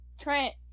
Trent